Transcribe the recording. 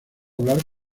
hablar